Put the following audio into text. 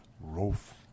roof